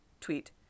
Tweet